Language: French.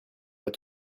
pas